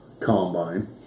combine